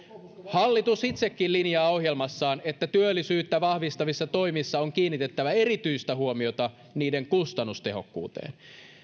hallitus itsekin linjaa ohjelmassaan että työllisyyttä vahvistavissa toimissa on kiinnitettävä erityistä huomiota niiden kustannustehokkuuteen